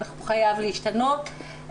זה חייב להשתנות.